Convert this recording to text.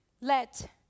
let